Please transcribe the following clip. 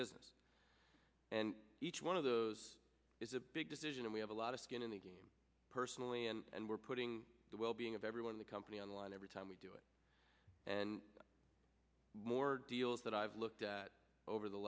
business and each one of those is a big decision and we have a lot of skin in the game personally and we're putting the well being of everyone in the company on the line every time we do it and more deals that i've looked at over the